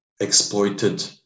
exploited